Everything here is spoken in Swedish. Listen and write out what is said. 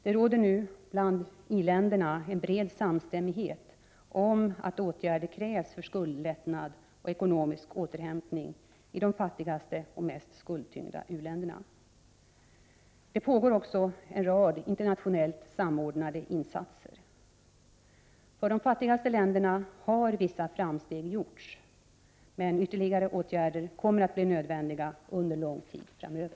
Det råder nu bland i-länderna en bred samstämmighet om att åtgärder krävs för skuldlättnad och ekonomisk återhämtning i de fattigaste och mest skuldtyngda u-länderna. En rad internationellt samordnade insatser pågår. För de fattigaste länderna har vissa framsteg gjorts, men ytterligare åtgärder kommer att bli nödvändiga under lång tid framöver.